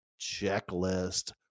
Checklist